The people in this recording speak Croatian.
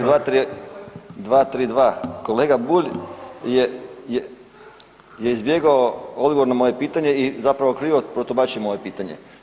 Čl. 232., kolega Bulj je izbjegao odgovor na moje pitanje i zapravo krivo protumačio moje pitanje.